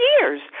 years